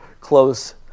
close